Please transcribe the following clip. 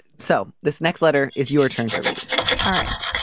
so this next letter is your turn to read all right.